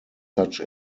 such